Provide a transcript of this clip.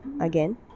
Again